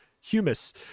humus